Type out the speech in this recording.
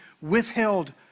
withheld